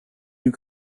you